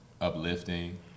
uplifting